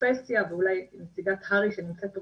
הפרופסיה ואולי נציגת הר"י שנמצאת פה